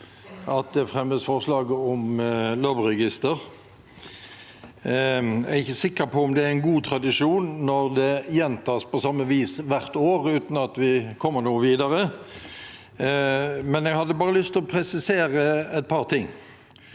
at det fremmes forslag om lobbyregister. Jeg er ikke sikker på om det er en god tradisjon når det gjentas på samme vis hvert år uten at vi kommer noe videre. Jeg hadde bare lyst til å presisere et par ting.